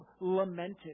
lamented